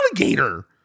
alligator